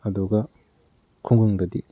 ꯑꯗꯨꯒ ꯈꯨꯡꯒꯪꯗꯗꯤ